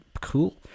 cool